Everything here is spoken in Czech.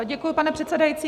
Děkuji, pane předsedající.